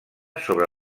sobre